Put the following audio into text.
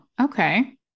Okay